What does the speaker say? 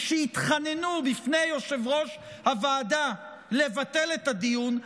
שהתחננו בפני יושב-ראש הוועדה לבטל את הדיון,